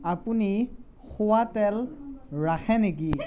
আপুনি খোৱা তেল ৰাখে নেকি